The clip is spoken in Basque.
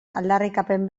aldarrikapen